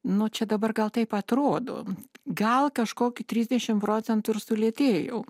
nu čia dabar gal taip atrodo gal kažkokį trisdešim procentų ir sulėtėjau